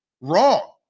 Wrong